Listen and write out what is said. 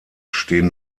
stehen